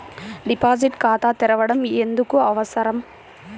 Deposit ఖాతా తెరవడం ఎందుకు అవసరం?